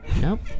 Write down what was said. Nope